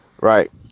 Right